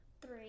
Three